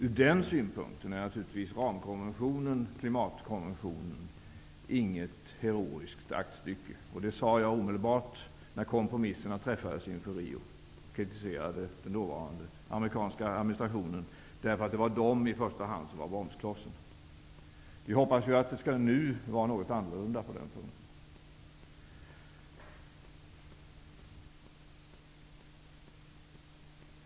Ur den synpunkten är naturligtvis klimatkonventionen inget heroiskt aktstycke. Det sade jag omedelbart när man kompromissade inför Rio. Den dåvarande amerikanska administrationen kritiserades, eftersom det var den som i första hand utgjorde en bromskloss. Vi hoppas att det nu skall vara något annorlunda på den punkten.